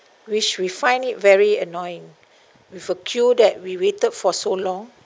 which we find it very annoying with a queue that we waited for so long